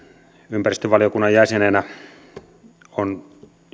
ympäristövaliokunnan jäsenenä on